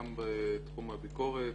גם בתחום הביקורת,